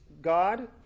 God